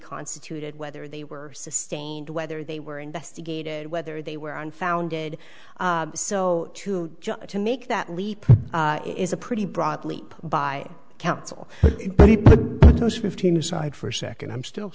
constituted whether they were sustained whether they were investigated whether they were unfounded so to just to make that leap is a pretty broad leap by counsel those fifteen aside for a second i'm still